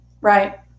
Right